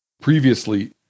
previously